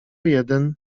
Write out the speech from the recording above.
jeden